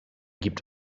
gibt